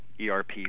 ERP